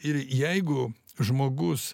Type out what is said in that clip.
ir jeigu žmogus